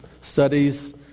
studies